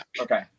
Okay